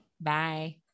Bye